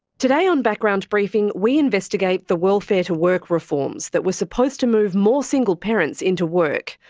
today on background briefing we investigate the welfare-to-work reforms that were supposed to move more single parents into work,